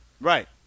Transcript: Right